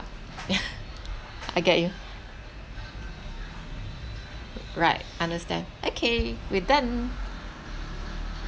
yeah I get you r~ right understand okay we're done